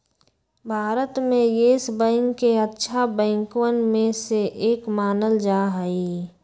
भारत में Yes Bank के अच्छा बैंकवन में से एक मानल जा हई